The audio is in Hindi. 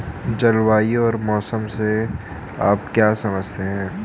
जलवायु और मौसम से आप क्या समझते हैं?